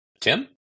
Tim